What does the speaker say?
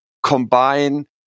combine